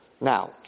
Now